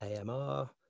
AMR